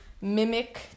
mimic